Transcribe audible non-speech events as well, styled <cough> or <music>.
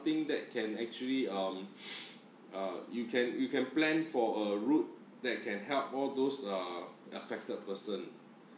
thing that can actually um <breath> uh you can you can plan for a route that can help all those uh affected person